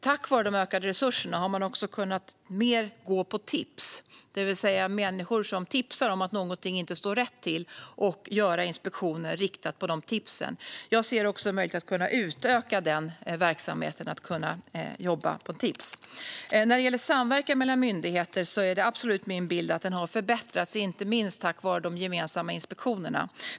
Tack vare de ökade resurserna har man också kunnat gå mer på tips från människor om att något inte står rätt till och göra riktade inspektioner utifrån de tipsen. Jag ser också möjlighet att utöka den verksamheten. När det gäller samverkan mellan myndigheter är det absolut min bild att den har förbättrats, inte minst tack vare de gemensamma inspektionerna.